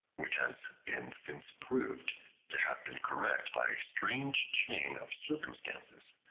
which has been since proved to have been correct by a strange chain of circumstances.